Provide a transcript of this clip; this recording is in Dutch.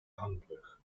hangbrug